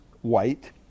white